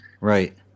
Right